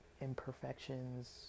imperfections